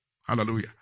Hallelujah